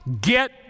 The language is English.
Get